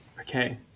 okay